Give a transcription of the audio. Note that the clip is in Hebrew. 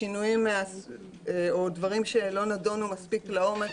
שינויים או דברים שלא נידונו מספיק לעומק